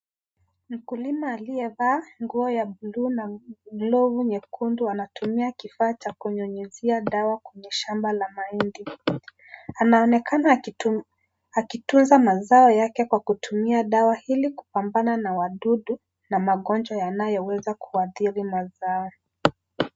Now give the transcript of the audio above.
Mkulima aliyevaa nguo ya buluu na glovu nyekundu anatumia kifaa cha kunyunyizia dawa kwenye shamba la mahindi. Anaonekana akitunza mazao yake kwa kutumia dawa ili kupambana na wadudu na magonjwa yanayoweza kuathiri mazao.